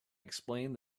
explained